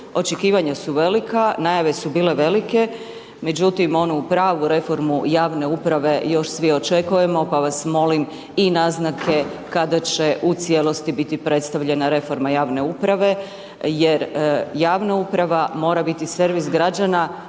očekivanja su velika, najave su bile velike, međutim, onu pravu reformu javne uprave još svi očekujemo, pa vas molim i naznake kada će u cijelosti biti predstavljena reforma javne uprave. Jer javna uprava mora biti servis građana,